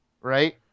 right